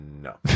No